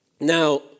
Now